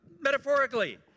metaphorically